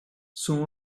soon